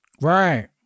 Right